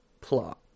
plot